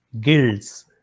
guilds